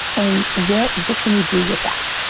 and what, what can we do with that.